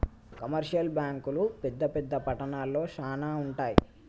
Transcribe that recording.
commercial బ్యాంకులు పెద్ద పెద్ద పట్టణాల్లో శానా ఉంటయ్